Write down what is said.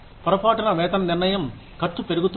పొరపాటున వేతన నిర్ణయం ఖర్చు పెరుగుతుంది